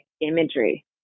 imagery